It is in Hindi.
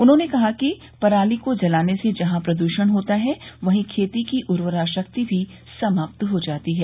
उन्होंने कहा कि पराली को जलाने से जहां प्रदूषण होता है वहीं खेती की उर्वरा शक्ति भी समाप्त हो जाती है